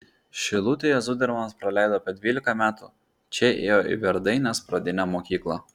šilutėje zudermanas praleido apie dvylika metų čia ėjo į verdainės pradinę mokyklą